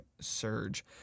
surge